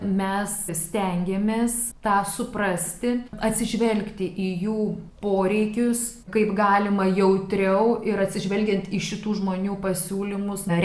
bet mes stengiamės tą suprasti atsižvelgti į jų poreikius kaip galima jautriau ir atsižvelgiant į šitų žmonių pasiūlymus rengti mūsų muziejaus ekspozicijas